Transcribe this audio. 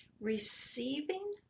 receiving